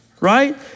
right